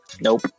nope